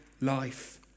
life